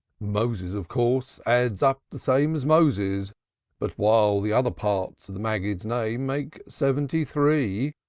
moses of course adds up the same as moses but while the other part of the maggid's name makes seventy-three,